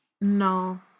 No